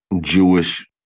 Jewish